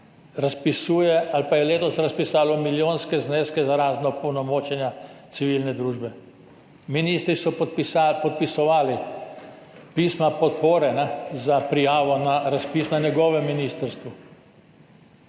razpisuje ali pa je letos razpisalo milijonske zneske za razna opolnomočenja civilne družbe. Ministri so podpisovali pisma podpore za prijavo na razpise na njihovih ministrstvih.